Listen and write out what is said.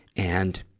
and,